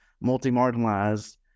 multi-marginalized